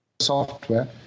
software